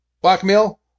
Blackmail